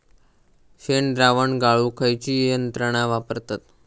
शेणद्रावण गाळूक खयची यंत्रणा वापरतत?